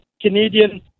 Canadian